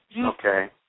Okay